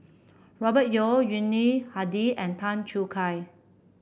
Robert Yeo Yuni Hadi and Tan Choo Kai